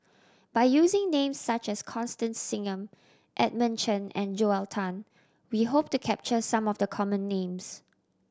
by using names such as Constance Singam Edmund Chen and Joel Tan we hope to capture some of the common names